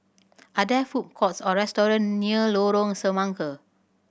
are there food courts or restaurant near Lorong Semangka